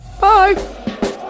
bye